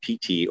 PT